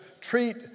treat